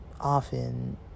often